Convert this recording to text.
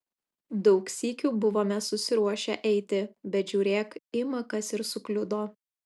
daug sykių buvome susiruošę eiti bet žiūrėk ima kas ir sukliudo